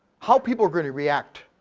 how people are gonna react?